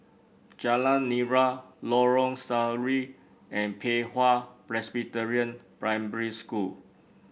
Jalan Nira Lorong Sari and Pei Hwa Presbyterian Primary School